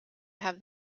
have